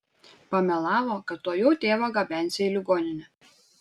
pamelavo kad tuojau tėvą gabensią į ligoninę